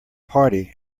party